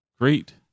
Great